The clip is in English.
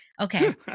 Okay